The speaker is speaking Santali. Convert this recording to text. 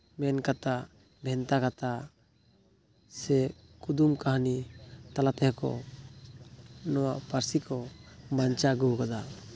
ᱢᱮᱱᱠᱟᱛᱷᱟ ᱵᱷᱮᱱᱛᱟ ᱠᱟᱛᱷᱟ ᱥᱮ ᱠᱩᱫᱩᱢ ᱠᱟᱹᱦᱱᱤ ᱛᱟᱞᱟ ᱛᱮᱦᱚᱸ ᱠᱚ ᱱᱚᱣᱟ ᱯᱟᱹᱨᱥᱤ ᱠᱚ ᱵᱟᱧᱪᱟᱣ ᱟᱹᱜᱩ ᱟᱠᱟᱫᱟ